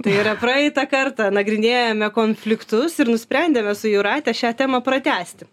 tai yra praeitą kartą nagrinėjome konfliktus ir nusprendėme su jūrate šią temą pratęsti